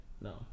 No